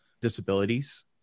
disabilities